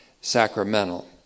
sacramental